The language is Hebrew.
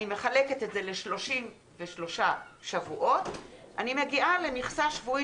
אני מחלקת ל-33 שבועות ומגיעה למכסה שבועית